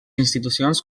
institucions